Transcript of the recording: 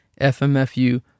FMFU